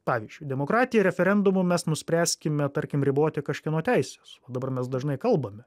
pavyzdžiui demokratija referendumu mes nuspręskime tarkim riboti kažkieno teises o dabar mes dažnai kalbame